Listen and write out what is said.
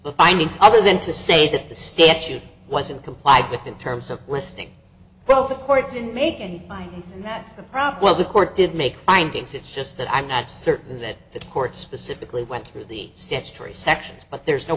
the findings other than to say that the statute wasn't complied with in terms of listing well the court didn't make any binds and that's the problem the court did make findings it's just that i'm not certain that the court specifically went through the statutory sections but there's no